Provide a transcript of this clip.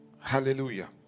Hallelujah